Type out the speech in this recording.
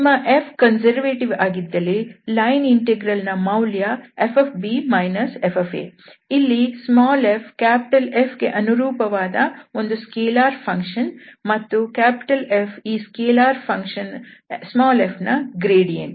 ನಿಮ್ಮ Fಕನ್ಸರ್ವೇಟಿವ್ ಆಗಿದ್ದಲ್ಲಿ ಲೈನ್ ಇಂಟೆಗ್ರಲ್ ನ ಮೌಲ್ಯ fb f ಇಲ್ಲಿ f Fಗೆ ಅನುರೂಪವಾದ ಒಂದು ಸ್ಕೆಲಾರ್ ಫಂಕ್ಷನ್ ಮತ್ತು F ಈ ಸ್ಕೆಲಾರ್ ಫಂಕ್ಷನ್ f ನ ಗ್ರೇಡಿಯಂಟ್